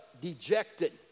dejected